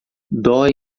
dói